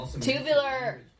Tubular